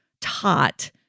taught